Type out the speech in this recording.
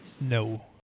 no